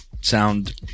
Sound